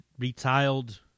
Retiled